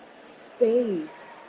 space